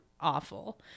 awful